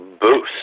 boost